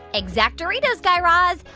exact-oritos, guy raz.